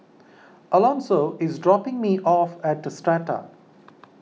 Alonso is dropping me off at Strata